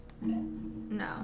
No